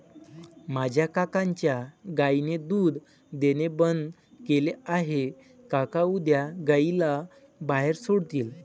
माझ्या काकांच्या गायीने दूध देणे बंद केले आहे, काका उद्या गायीला बाहेर सोडतील